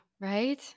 right